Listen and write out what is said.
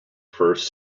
first